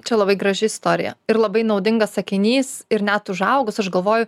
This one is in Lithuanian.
čia labai graži istorija ir labai naudingas sakinys ir net užaugus aš galvoju